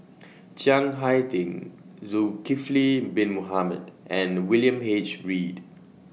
Chiang Hai Ding Zulkifli Bin Mohamed and William H Read